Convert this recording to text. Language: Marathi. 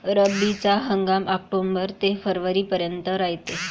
रब्बीचा हंगाम आक्टोबर ते फरवरीपर्यंत रायते